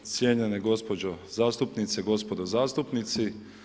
cijenjene gospođe zastupnice, gospodo zastupnici.